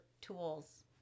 tools